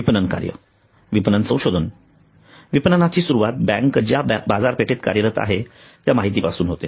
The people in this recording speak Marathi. विपणन कार्य विपणन संशोधन विपणनाची सुरुवात बँक ज्या बाजारपेठेत कार्यरत आहे त्या माहितीपासून होते